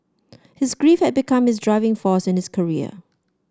his grief had become his driving force in his career